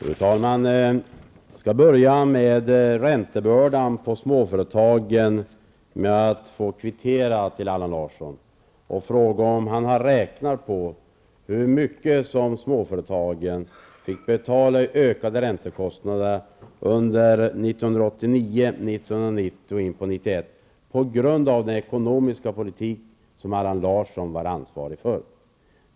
Fru talman! Jag skall börja med frågan om räntebördan på småföretagen och kvittera Allan Larsson genom att fråga om han har räknat på hur mycket småföretagen fick betala i ökade räntekostnader under 1989, 1990 och in på 1991 på grund av den ekonomiska politik som Allan Larsson var ansvarig för.